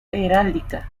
heráldica